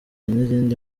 n’izindi